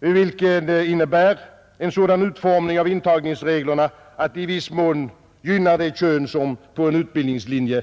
vilken innebär en sådan utformning av intagningsreglerna att dessa i viss mån gynnar det kön som är underrepresenterat på en utbildningslinje.